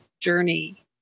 journey